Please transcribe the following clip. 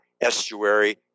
estuary